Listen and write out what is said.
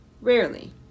rarely